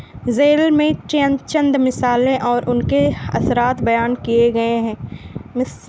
ذیل میں چند چند مثالیں اور ان کے اثرات بیان کیے گئے ہیں مس